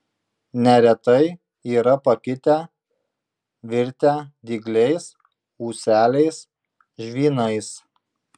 neretai yra pakitę virtę dygliais ūseliais žvynais